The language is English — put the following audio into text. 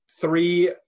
three